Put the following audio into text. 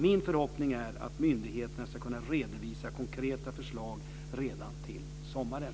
Min förhoppning är att myndigheterna ska kunna redovisa konkreta förslag redan till sommaren.